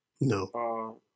No